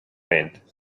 end